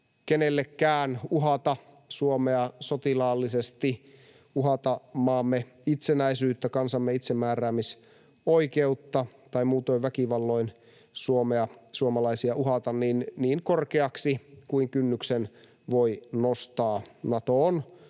kenellekään uhata Suomea sotilaallisesti, uhata maamme itsenäisyyttä ja kansamme itsemääräämisoikeutta tai muutoin väkivalloin uhata Suomea ja suomalaisia niin korkeaksi kuin kynnyksen voi nostaa. Nato on